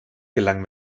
gelang